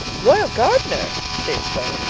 royal gardner! she exclaimed.